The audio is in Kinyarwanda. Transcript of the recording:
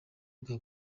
bwa